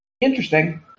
Interesting